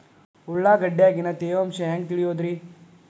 ಉಳ್ಳಾಗಡ್ಯಾಗಿನ ತೇವಾಂಶ ಹ್ಯಾಂಗ್ ತಿಳಿಯೋದ್ರೇ?